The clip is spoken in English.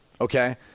Okay